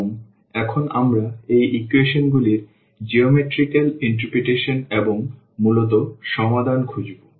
এবং এখন আমরা এই ইকুয়েশনগুলির জ্যামিতিক ব্যাখ্যা এবং মূলত সমাধান খুঁজি